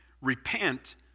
Repent